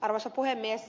arvoisa puhemies